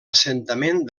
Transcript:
assentament